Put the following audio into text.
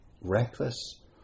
reckless